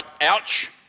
ouch